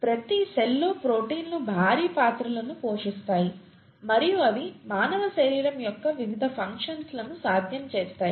ప్రతి సెల్ లో ప్రోటీన్లు భారీ పాత్రలను పోషిస్తాయి మరియు అవి మానవ శరీరం యొక్క వివిధ ఫంక్షన్స్ లను సాధ్యం చేస్తాయి